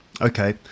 Okay